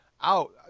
out